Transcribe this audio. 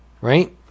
right